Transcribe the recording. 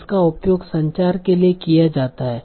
जिसका उपयोग संचार के लिए किया जाता है